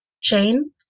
chain